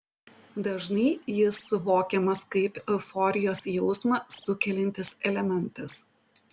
dažnai jis suvokiamas kaip euforijos jausmą sukeliantis elementas